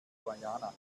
guyana